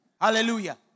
Hallelujah